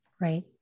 Right